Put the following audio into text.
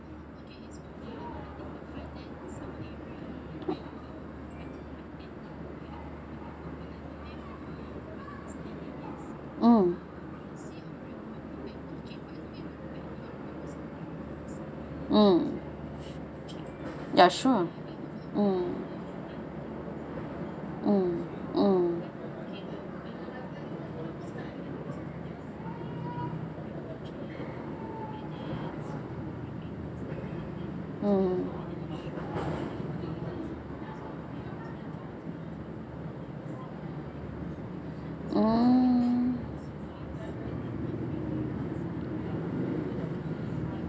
mm mm ya sure mm mm mm mm mm